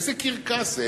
איזה קרקס זה?